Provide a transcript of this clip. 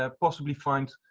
ah possibly find,